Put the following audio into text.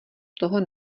toho